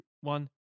one